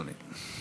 אדוני.